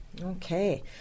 Okay